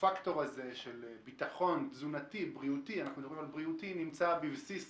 הפקטור של ביטחון תזונתי-בריאותי נמצא בבסיס